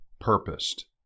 purposed